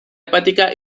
hepática